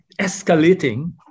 escalating